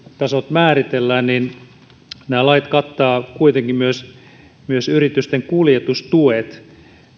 määritellään niin nämä lait kattavat kuitenkin myös myös yritysten kuljetustuet